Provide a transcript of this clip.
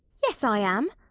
yes, i am.